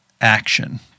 action